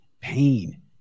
pain